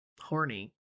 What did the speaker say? horny